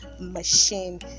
machine